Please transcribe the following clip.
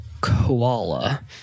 Koala